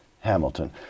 Hamilton